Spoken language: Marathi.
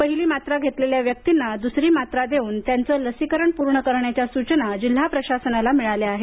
पहिली मात्रा घेतलेल्या व्यक्तींना दुसरी मात्रा देऊन त्यांचं लसीकरण पूर्ण करण्याच्या सूचना जिल्हा प्रशासनाला मिळाल्या आहेत